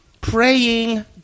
praying